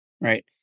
right